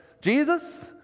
Jesus